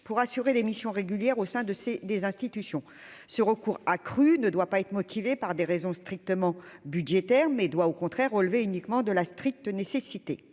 pour assurer des missions régulières au sein de ces des institutions, ce recours accru ne doit pas être motivée par des raisons strictement budgétaires mais doit au contraire relevé uniquement de la stricte nécessité